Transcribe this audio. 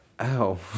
Ow